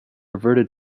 reverted